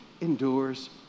endures